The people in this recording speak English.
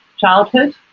childhood